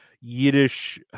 yiddish